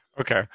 Okay